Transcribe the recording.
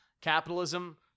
capitalism